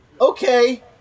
okay